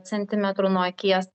centimetrų nuo akies